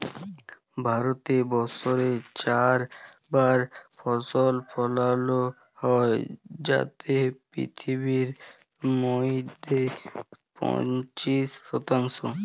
ভারতে বসরে চার বার ফসল ফলালো হ্যয় যাতে পিথিবীর মইধ্যে পঁচিশ শতাংশ